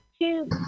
two